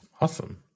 Awesome